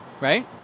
Right